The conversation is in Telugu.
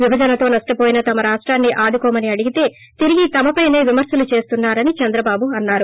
విభజనతో నష్టవోయిన తమ రాష్టాన్ని ఆదుకోమని అడిగితే తిరిగి తమపైనే విమర్శలు చేస్తున్నారని చంద్రబాబు అన్నారు